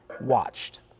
watched